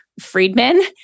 Friedman